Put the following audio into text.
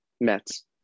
Mets